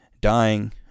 Dying